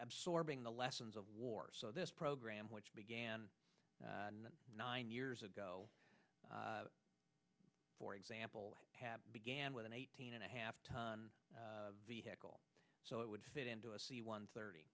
absorbing the lessons of war so this program which began nine years ago for example began with an eighteen and a half ton vehicle so it would fit into a c one thirty